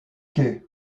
quai